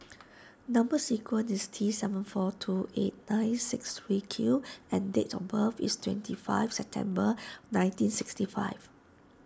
Number Sequence is T seven four two eight nine six three Q and date of birth is twenty five September nineteen sixty five